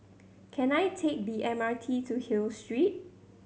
can I take the M R T to Hill Street